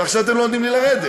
ועכשיו אתם לא נותנים לי לרדת.